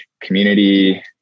community